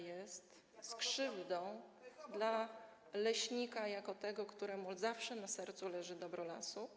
jest z krzywdą dla leśnika jako tego, któremu zawsze na sercu leży dobro lasu.